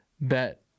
bet